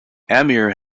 amir